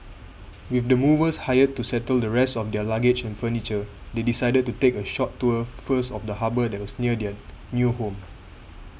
with the movers hired to settle the rest of their luggage and furniture they decided to take a short tour first of the harbour that was near their new home